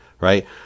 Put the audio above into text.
right